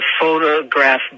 photograph